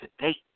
today